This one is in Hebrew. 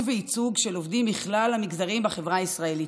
וייצוג של עובדים מכלל המגזרים בחברה הישראלית.